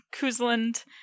Kuzland